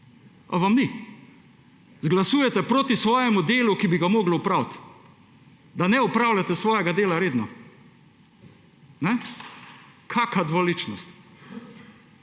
Ali vam ni? Glasujete proti svojemu delu, ki bi ga morali opraviti. Da ne opravljate svojega dela redno. Kakšna dvoličnost!